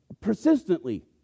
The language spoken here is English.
persistently